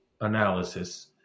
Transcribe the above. analysis